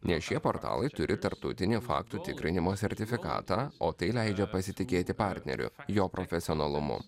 nes šie portalai turi tarptautinį faktų tikrinimo sertifikatą o tai leidžia pasitikėti partneriu jo profesionalumu